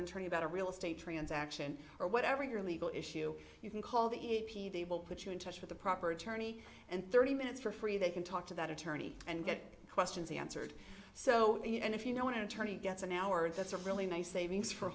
attorney about a real estate transaction or whatever your legal issue you can call the p they will put you in touch with a proper attorney and thirty minutes for free they can talk to that attorney and get questions answered so and if you know one attorney gets an hour that's a really nice savings for